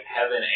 heaven